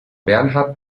bernhard